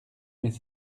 mais